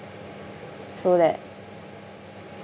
so that